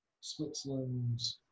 Switzerland